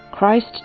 Christ